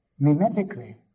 mimetically